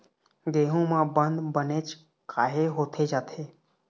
गेहूं म बंद बनेच काहे होथे जाथे?